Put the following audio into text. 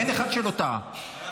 אין אחד שלא טעה.